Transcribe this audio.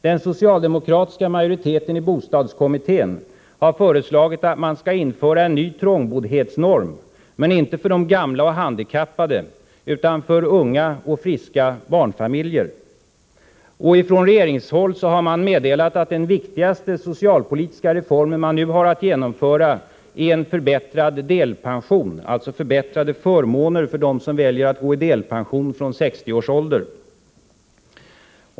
Den socialdemokratiska majoriteten i bostadskommittén har föreslagit att man skall införa en ny trångboddhetsnorm, men inte för de gamla och handikappade utan för unga och friska barnfamiljer. Från regeringshåll har man meddelat att den viktigaste socialpolitiska reform man nu har att genomföra är en förbättrad delpension, alltså förbättrade förmåner för dem som väljer att gå i delpension vid 60 års ålder.